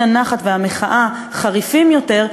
האי-נחת והמחאה חריפים יותר,